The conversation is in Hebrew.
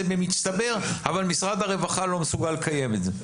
במצטבר אבל משרד הרווחה לא מסוגל לקיים את זה,